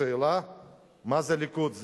השאלה מה זה הליכוד.